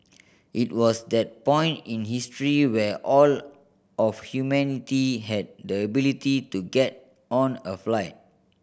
it was that point in history where all of humanity had the ability to get on a flight